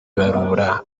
ibarura